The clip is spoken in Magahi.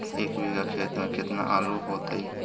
एक बिघा खेत में केतना आलू होतई?